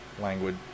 language